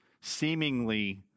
seemingly